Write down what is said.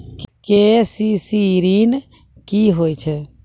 KCC ॠन की होय छै?